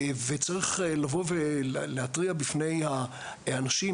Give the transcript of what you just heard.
וצריך לבוא ולהתריע בפני האנשים,